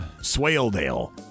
Swaledale